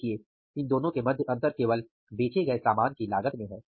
देखिये इन दोनों के मध्य अंतर केवल बेचे गए सामान की लागत में हैं